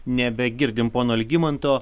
nebegirdim pono algimanto